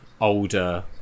older